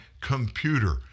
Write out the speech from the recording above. computer